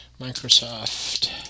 Microsoft